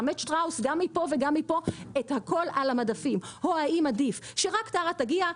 ושטראוס על המדפים או האם עדיף שרק טרה תגיע,